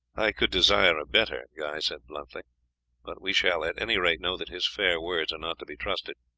i could desire a better, guy said bluntly but we shall at any rate know that his fair words are not to be trusted.